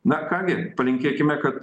na ką gi palinkėkime kad